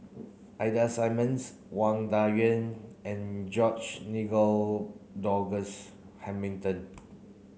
Ida Simmons Wang Dayuan and George Nigel Douglas Hamilton